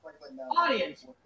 Audience